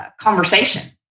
conversation